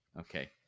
Okay